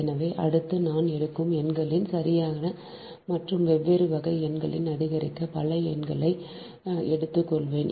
எனவே அடுத்து நான் எடுக்கும் எண்களின் சரியான மற்றும் வெவ்வேறு வகை எண்களை ஆதரிக்க பல எண்களை எடுத்துக்கொள்வேன்